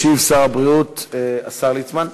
ישיב שר הבריאות, השר ליצמן.